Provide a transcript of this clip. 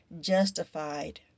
justified